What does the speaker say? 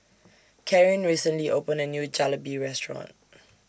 Karyn recently opened A New Jalebi Restaurant